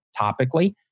topically